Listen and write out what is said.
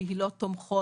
קהילות תומכות,